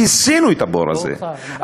כיסינו את הבור הזה.